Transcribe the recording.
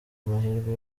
amahirwe